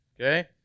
okay